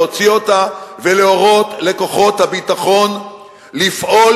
להוציא אותו ולהורות לכוחות הביטחון לפעול